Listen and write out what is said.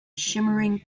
shimmering